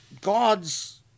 God's